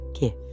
gift